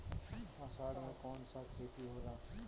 अषाढ़ मे कौन सा खेती होला?